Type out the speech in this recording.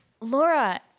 Laura